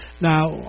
Now